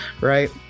right